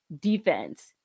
defense